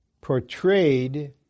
portrayed